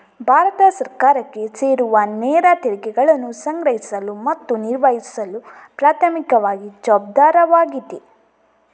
ಭಾರತ ಸರ್ಕಾರಕ್ಕೆ ಸೇರುವನೇರ ತೆರಿಗೆಗಳನ್ನು ಸಂಗ್ರಹಿಸಲು ಮತ್ತು ನಿರ್ವಹಿಸಲು ಪ್ರಾಥಮಿಕವಾಗಿ ಜವಾಬ್ದಾರವಾಗಿದೆ